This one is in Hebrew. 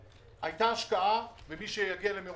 שם הושקע כסף גם שלנו וגם של המשרד